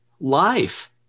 life